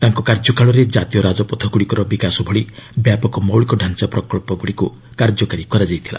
ତାଙ୍କ କାର୍ଯ୍ୟକାଳରେ ଜାତୀୟ ରାଜପଥଗୁଡ଼ିକର ବିକାଶ ଭଳି ବ୍ୟାପକ ମୌଳିକ ଡାଞ୍ଚା ପ୍ରକଚ୍ଚଗୁଡ଼ିକୁ କାର୍ଯ୍ୟକାରୀ କରାଯାଇଥିଲା